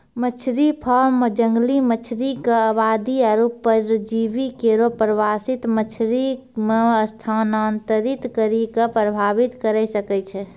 मछरी फार्म जंगली मछरी क आबादी आरु परजीवी केरो प्रवासित मछरी म स्थानांतरित करि कॅ प्रभावित करे सकै छै